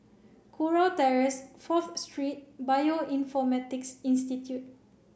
Kurau Terrace Fourth Street Bioinformatics Institute